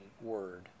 word